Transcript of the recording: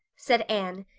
said anne,